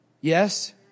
Yes